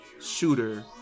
shooter